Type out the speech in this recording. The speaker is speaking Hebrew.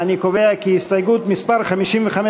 הסתייגות 54 הוסרה.